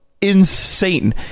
insane